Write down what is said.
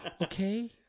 Okay